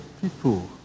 people